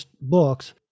books